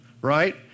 right